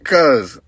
Cause